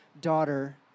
daughter